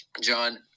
John